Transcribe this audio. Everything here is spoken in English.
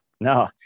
No